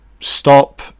Stop